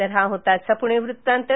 तर हा होता आजचा पुणे वृतांत